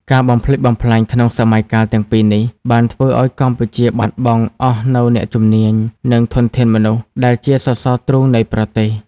ការបំផ្លិចបំផ្លាញក្នុងសម័យកាលទាំងពីរនេះ បានធ្វើឱ្យកម្ពុជាបាត់បង់អស់នូវអ្នកជំនាញ និងធនធានមនុស្សដែលជាសសរទ្រូងនៃប្រទេស។